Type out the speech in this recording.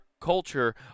culture